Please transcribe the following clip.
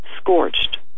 scorched